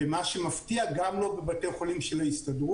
ומה שמפתיע הוא שגם לא בבתי חולים של ההסתדרות,